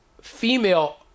female